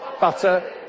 butter